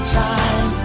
time